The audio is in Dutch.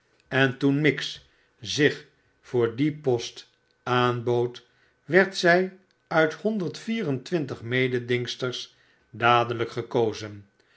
en toen miggs zich voor dien post aanbood werd zij uit honderd vier en twintig mededingsters dadelijk gekozen